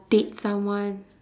date someone